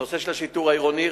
הנושא של השיטור העירוני.